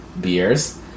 beers